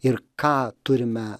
ir ką turime